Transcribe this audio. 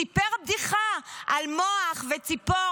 סיפר בדיחה על מוח וציפור,